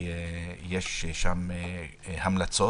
יש שם המלצות,